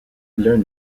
l’un